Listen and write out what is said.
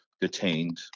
detained